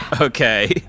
Okay